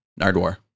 Nardwar